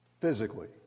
physically